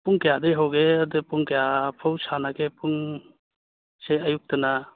ꯄꯨꯡ ꯀꯌꯥꯗꯒꯤ ꯍꯧꯕꯒꯦ ꯑꯗꯨꯗꯒꯤ ꯄꯨꯡ ꯀꯌꯥꯐꯥꯎ ꯁꯥꯟꯅꯕꯒꯦ ꯄꯨꯡꯁꯦ ꯑꯌꯨꯛꯇꯅ